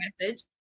message